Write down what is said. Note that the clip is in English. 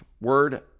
word